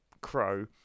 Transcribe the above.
crow